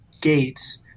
gates